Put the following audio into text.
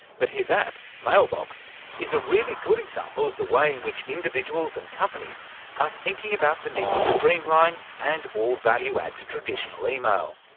but his app mailbox is a really good example of the way in which individuals and companies are thinking about the need to streamline and or value-add to traditional email.